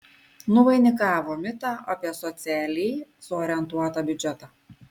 nuvainikavo mitą apie socialiai suorientuotą biudžetą